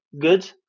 good